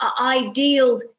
ideal